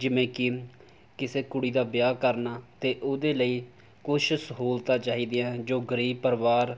ਜਿਵੇਂ ਕਿ ਕਿਸੇ ਕੁੜੀ ਦਾ ਵਿਆਹ ਕਰਨਾ ਅਤੇ ਉਹਦੇ ਲਈ ਕੁਛ ਸਹੂਲਤਾਂ ਚਾਹੀਦੀਆਂ ਹਨ ਜੋ ਗਰੀਬ ਪਰਿਵਾਰ